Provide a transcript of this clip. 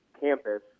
campus